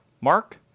Mark